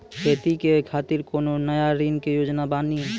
खेती के खातिर कोनो नया ऋण के योजना बानी?